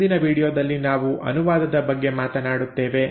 ಮುಂದಿನ ವೀಡಿಯೊದಲ್ಲಿ ನಾವು ಅನುವಾದದ ಬಗ್ಗೆ ಮಾತನಾಡುತ್ತೇವೆ